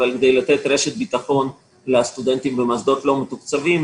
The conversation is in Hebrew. אבל כדי לתת רשת ביטחון לסטודנטים במוסדות לא מתוקצבים.